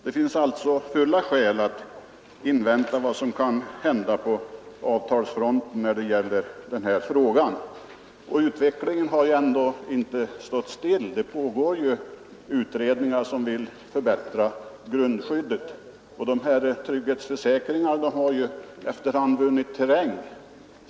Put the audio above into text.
Det finns alltså starka skäl att invänta vad som kan hända på avtalsfronten i den här frågan. Utvecklingen har ju inte heller stått stilla. Det pågår utredningar som syftar till förbättring av grundskyddet, och trygghetsförsäkringarna har efter hand vunnit terräng.